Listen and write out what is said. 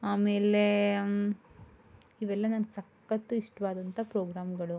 ಆಮೇಲೆ ಇವೆಲ್ಲ ನಂಗೆ ಸಕತ್ತು ಇಷ್ಟವಾದಂಥ ಪ್ರೋಗ್ರಾಮ್ಗಳು